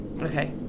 okay